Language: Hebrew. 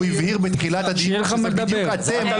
הוא הבהיר בתחילת הדיון שזה בדיוק אתם שעושים הפוך מהייעוץ המשפטי.